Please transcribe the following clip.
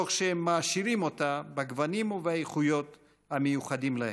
תוך שהם מעשירים אותה בגוונים ובאיכויות המיוחדים להם.